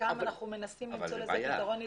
אנחנו מנסים למצוא לזה פתרון יצירתי.